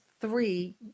three